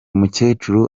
mukecuru